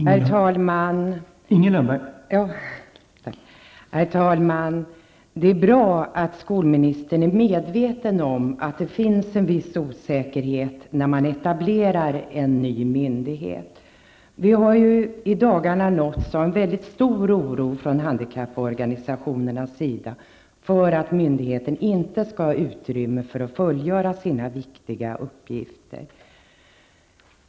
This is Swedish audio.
Herr talman! Tack för svaret. Det är bra att skolministern är medveten om att det finns en viss osäkerhet när man etablerar en ny myndighet. Vi har i dagarna nåtts av en mycket stor oro från handikapporganisationernas sida för att myndigheten inte skall ha utrymme att fullgöra sina viktiga uppgifter.